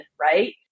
right